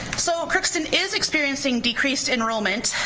so crookston is experiencing decreased enrollment,